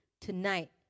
tonight